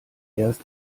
erst